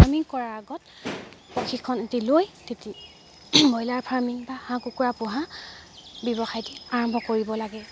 farming কৰাৰ আগত প্ৰশিক্ষণ এটি লৈ ব্ৰইলাৰ ফাৰ্মিং বা হাঁহ কুকুৰা পোহা ব্যৱসায়টি আৰম্ভ কৰিব লাগে